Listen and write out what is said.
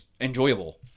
enjoyable